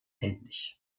ähnlich